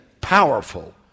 powerful